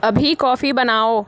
अभी कॉफ़ी बनाओ